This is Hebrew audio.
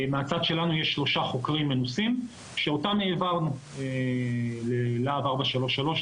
מהצד שלנו יש שלושה חוקרים מנוסים שאותם העברנו ללהב 433,